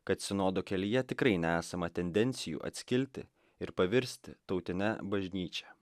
kad sinodo kelyje tikrai nesama tendencijų atskilti ir pavirsti tautine bažnyčia